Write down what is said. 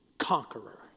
conqueror